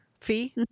fee